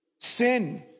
Sin